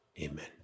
Amen